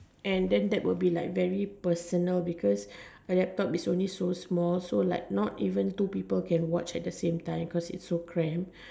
and then that will be like very personal because my laptop is only so small so like not even two people can watch at the same time cause it's so cramped